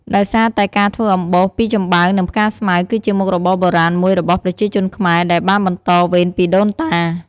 ដោយសារតែការធ្វើអំបោសពីចំបើង និងផ្កាស្មៅ គឺជាមុខរបរបុរាណមួយរបស់ប្រជាជនខ្មែរ ដែលបានបន្តវេនពីដូនតា។